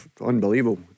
Unbelievable